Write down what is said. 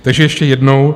Takže ještě jednou.